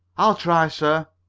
i'll try, sir.